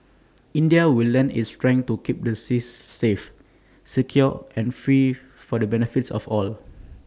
India will lend its strength to keep the seas safe secure and free for the benefit of all